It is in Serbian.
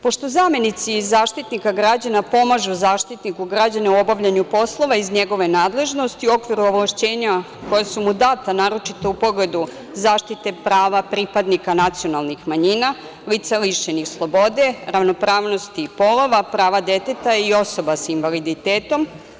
Pošto zamenici Zaštitnika građana pomažu Zaštitniku građana u obavljanju poslova iz njegove nadležnosti u okviru ovlašćenja koja su mu data, naročito u pogledu zaštite prava pripadnika nacionalnih manjina, lica lišenih slobode, ravnopravnosti polova, prava deteta i osoba sa invaliditetom.